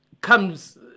comes